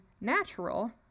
natural